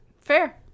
fair